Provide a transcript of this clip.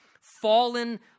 fallen